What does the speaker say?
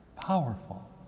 powerful